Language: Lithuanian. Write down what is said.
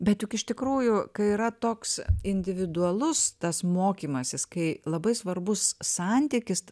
bet juk iš tikrųjų kai yra toks individualus tas mokymasis kai labai svarbus santykis